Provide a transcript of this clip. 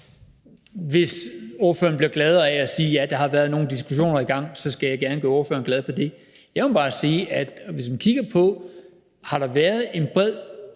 Hvis spørgeren bliver gladere af, at jeg siger, at ja, der har været nogle diskussioner i gang, skal jeg gerne gøre spørgeren glad. Jeg må bare sige, at man kan kigge på, om den debat, der